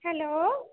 hello